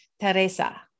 Teresa